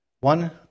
One